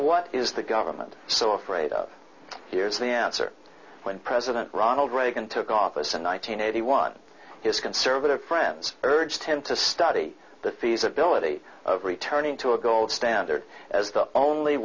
what is the government so afraid of here's the answer when president ronald reagan took office in one nine hundred eighty one his conservative friends urged him to study the feasibility of returning to a gold standard as the only